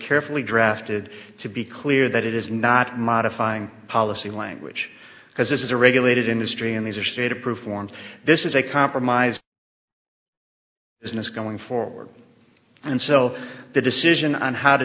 carefully drafted to be clear that it is not modifying policy language because this is a regulated industry and these are state approved forms this is a compromise business going forward and so the decision on how to